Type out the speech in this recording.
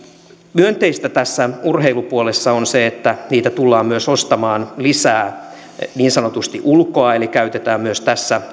myönteistä tässä urheilupuolessa on se että sitä tullaan myös ostamaan lisää niin sanotusti ulkoa eli käytetään myös tässä